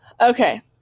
Okay